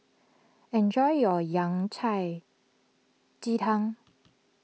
enjoy your Yao Cai Ji Tang